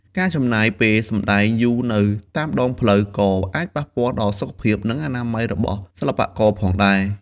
ការចំណាយពេលសម្ដែងយូរនៅតាមដងផ្លូវក៏អាចប៉ះពាល់ដល់សុខភាព និងអនាម័យរបស់សិល្បករផងដែរ។